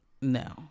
No